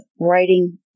writing